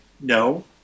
No